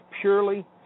purely